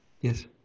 Yes